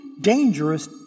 dangerous